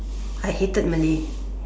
I hated Malay